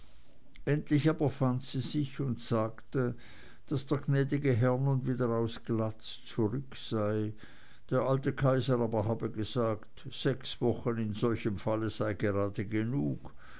endlich aber fand sie sich und sagte daß der gnädige herr nun wieder aus glatz zurück sei der alte kaiser habe gesagt sechs wochen in solchem falle sei gerade genug